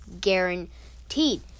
guaranteed